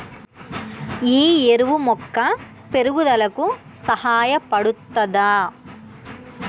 ఈ ఎరువు మొక్క పెరుగుదలకు సహాయపడుతదా?